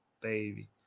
baby